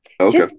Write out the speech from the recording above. Okay